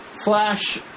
Flash